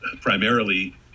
primarily